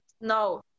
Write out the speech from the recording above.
no